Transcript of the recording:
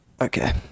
Okay